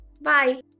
Bye